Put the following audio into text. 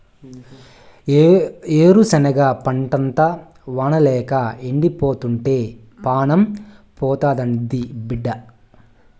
ఏరుశనగ పంటంతా వానల్లేక ఎండిపోతుంటే పానం పోతాండాది బిడ్డా